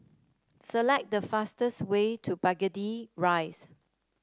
select the fastest way to Burgundy Rise